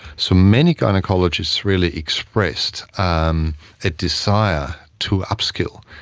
so, many gynaecologists really expressed um a desire to up-skill,